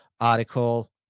article